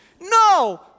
No